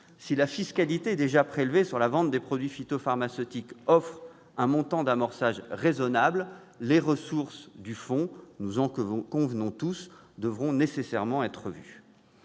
Si la fiscalité déjà prélevée sur la vente des produits phytopharmaceutiques offre un montant d'amorçage raisonnable, les ressources du fonds, nous en convenons tous, devront nécessairement être revues.